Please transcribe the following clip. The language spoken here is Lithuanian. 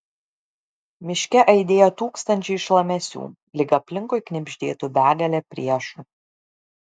miške aidėjo tūkstančiai šlamesių lyg aplinkui knibždėtų begalė priešų